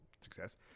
success